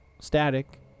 static